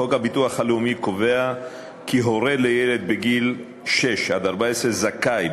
חוק הביטוח הלאומי קובע כי הורה לילד בגיל 6 14 זכאי,